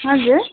हजुर